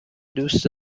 دوست